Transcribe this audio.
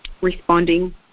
responding